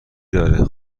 داره